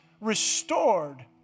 restored